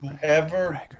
Whoever